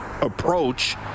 approach